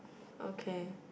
okay